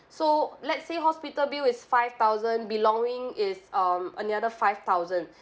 so let's say hospital bill is five thousand belonging is um another five thousand